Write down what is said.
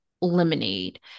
Lemonade